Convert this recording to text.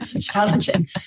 Challenging